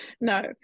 No